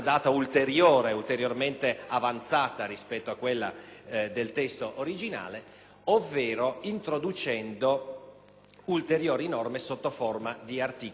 altre norme sotto forma di articoli aggiuntivi. È stato un lavoro positivo che ha richiesto